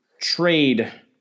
trade